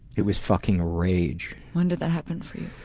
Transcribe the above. it was fucking rage. when did that happen for you?